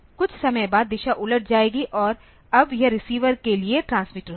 कुछ समय बाद दिशा उलट जाएगी और अब यह रिसीवर के लिए ट्रांसमीटर होगा